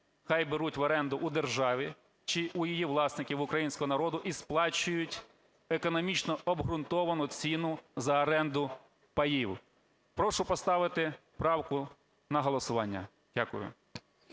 хай беруть в оренду у держави чи у її власників, в українського народу, і сплачують економічно обґрунтовану ціну за оренду паїв. Прошу поставити правку на голосування. Дякую.